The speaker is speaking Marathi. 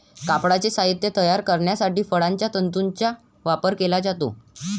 कापडाचे साहित्य तयार करण्यासाठी फळांच्या तंतूंचा वापर केला जातो